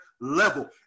level